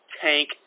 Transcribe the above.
tank